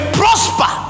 prosper